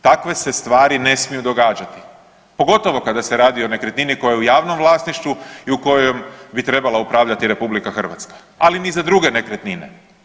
Takve se stvari ne smiju događati, pogotovo kada se radi o nekretnini koja je u javnom vlasništvu i u kojem bi trebala upravljati RH, ali ni za druge nekretnine.